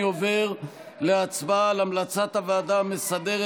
אני עובר להצבעה על המלצת הוועדה המסדרת